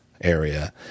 area